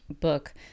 book